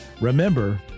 remember